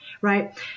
right